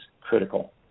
critical